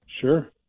Sure